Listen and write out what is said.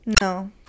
No